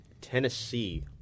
Tennessee